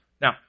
Now